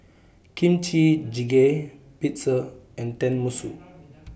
Kimchi Jjigae Pizza and Tenmusu